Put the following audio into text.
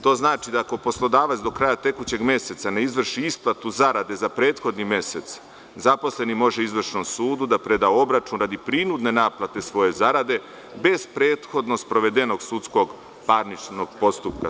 To znači da ako poslodavac do kraja tekućeg meseca ne izvrši isplatu zarade za prethodni mesec zaposleni može izvršnom sudu da preda obračun radi prinudne naplate svoje zarade bez prethodno sprovedenog sudskog parničnog postupka.